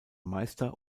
meister